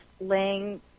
laying